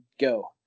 go